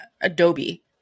adobe